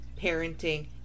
parenting